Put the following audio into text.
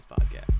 Podcast